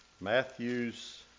Matthew's